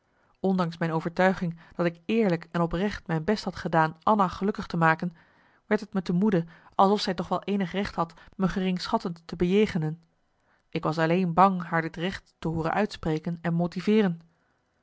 ondanks mijn overtuiging dat ik eerlijk en oprecht mijn best had gedaan anna gelukkig te maken werd t me te moede alsof zij toch wel eenig recht had me geringschattend te bejegenen ik was alleen bang haar dit recht te hooren uitspreken en motiveeren